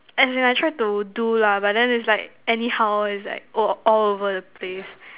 as in I try to do lah but then is like anyhow is like all !wah! over the place